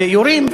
ויורים,